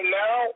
now